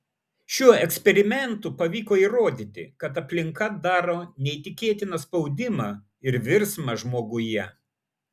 šiuo eksperimentu pavyko įrodyti kad aplinka daro neįtikėtiną spaudimą ir virsmą žmoguje